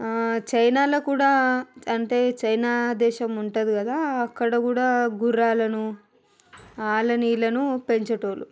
చైనాలో కూడా అంటే చైనా దేశం ఉంటుంది కదా అక్కడ కూడా గుర్రాలను వాళ్ళను వీళ్ళను పెంచేటోళ్ళు